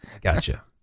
Gotcha